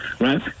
right